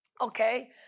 Okay